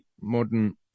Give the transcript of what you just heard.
modern